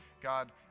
God